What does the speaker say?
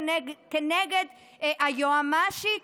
כנגד היועמ"שית,